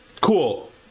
cool